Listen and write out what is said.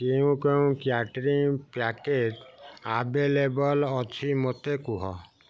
କେଉଁ କେଉଁ catering package available ଅଛି ମୋତେ କୁହ